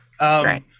Right